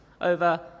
over